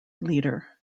leader